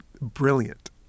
brilliant